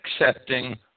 accepting